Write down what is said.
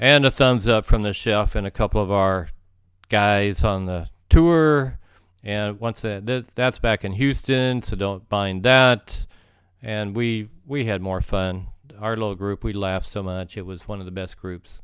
and the thumbs up from the shelf in a couple of our guys on the tour and once that that's back in houston to don't find out and we had more fun our little group we laughed so much it was one of the best groups